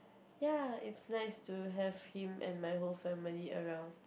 ya it's nice to have him and my whole family around